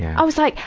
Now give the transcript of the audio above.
i was like,